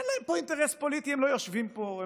אין להם אינטרס פוליטי, הם לא יושבים פה.